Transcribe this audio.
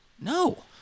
No